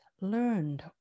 learned